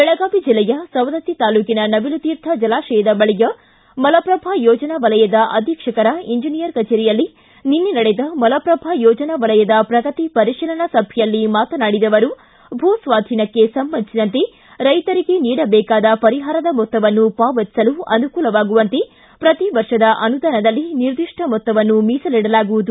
ಬೆಳಗಾವಿ ಜಿಲ್ಲೆಯ ಸವದತ್ತಿ ತಾಲೂಕಿನ ನವೀಲುತೀರ್ಥ ಜಲಾಶಯದ ಬಳಿಯ ಮಲಪ್ರಭಾ ಯೋಜನಾ ವಲಯದ ಅಧೀಕ್ಷಕ ಎಂಜಿನಿಯರ್ ಕಚೇರಿಯಲ್ಲಿ ನಿನ್ನೆ ನಡೆದ ಮಲಪ್ರಭಾ ಯೋಜನಾ ವಲಯದ ಪ್ರಗತಿ ಪರಿಶೀಲನಾ ಸಭೆಯಲ್ಲಿ ಮಾತನಾಡಿದ ಅವರು ಭೂಸ್ವಾಧೀನಕ್ಕೆ ಸಂಬಂಧಿಸಿದಂತೆ ರೈತರಿಗೆ ನೀಡಬೇಕಾದ ಪರಿಹಾರದ ಮೊತ್ತವನ್ನು ಪಾವತಿಸಲು ಅನುಕೂಲವಾಗುವಂತೆ ಪ್ರತಿ ವರ್ಷದ ಅನುದಾನದಲ್ಲಿ ನಿರ್ದಿಷ್ಟ ಮೊತ್ತವನ್ನು ಮೀಸಲಿಡಲಾಗುವುದು